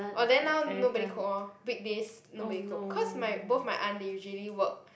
oh then now nobody cook lor weekdays nobody cook cause my both my aunt they usually work